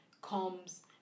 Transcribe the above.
comes